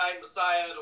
Messiah